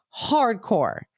hardcore